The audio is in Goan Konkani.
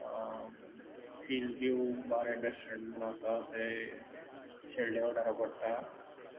field view bar and restaurant म्हूण आसा तें शेल्डें वाठारांत पडटा